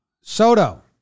Soto